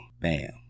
bam